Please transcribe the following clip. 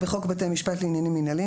"תיקון חוק בתי משפט לעניינים מנהליים